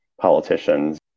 politicians